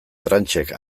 tranchek